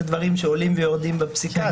זה דברים שעולים ויורדים בפסיקה.